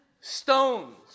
stones